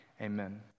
Amen